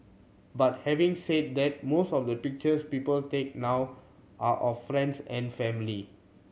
but having said that most of the pictures people take now are of friends and family